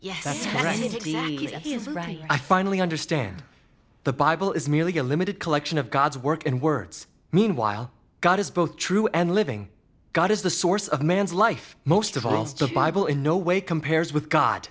right i finally understand the bible is merely a limited collection of god's work and words meanwhile god is both true and living god is the source of man's life most of all stuff bible in no way compares with god